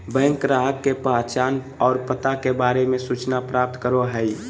bank ग्राहक के पहचान और पता के बारे में सूचना प्राप्त करो हइ